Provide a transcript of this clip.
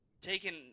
taken